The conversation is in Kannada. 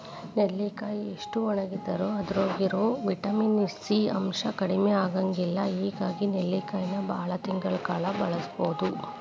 ನೆಲ್ಲಿಕಾಯಿ ಎಷ್ಟ ಒಣಗಿದರೂ ಅದ್ರಾಗಿರೋ ವಿಟಮಿನ್ ಸಿ ಅಂಶ ಕಡಿಮಿ ಆಗಂಗಿಲ್ಲ ಹಿಂಗಾಗಿ ನೆಲ್ಲಿಕಾಯಿನ ಬಾಳ ತಿಂಗಳ ಕಾಲ ಬಳಸಬೋದು